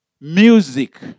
music